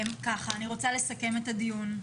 אני רוצה לסכם את הדיון.